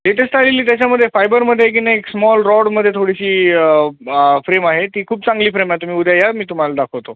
latest आलेली त्याच्यामध्ये फायबरमध्ये आहे की नाही एक स्मॉल रॉडमध्ये थोडीशी फ्रेम आहे ती खूप चांगली फ्रेम आहे तुम्ही उद्या या मी तुम्हाला दाखवतो